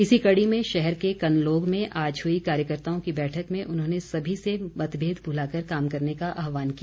इसी कड़ी में शहर के कनलोग में आज हुई कार्यकर्ताओं की बैठक में उन्होंने सभी से मतभेद भुलाकर काम करने का आहवान किया